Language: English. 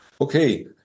Okay